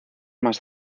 más